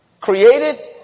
created